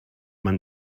man